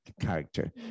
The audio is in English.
character